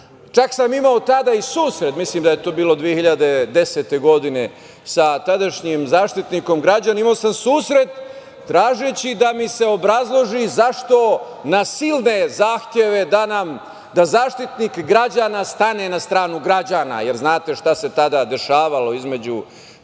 sam imao tada i susret, mislim da je to bilo 2010. godine, sa tadašnjim Zaštitnikom građana. Imao sam susret, tražeći da mi se obrazloži zašto na silne zahteve da Zaštitnik građana stane na stranu građana, jer znate šta se tada dešavalo između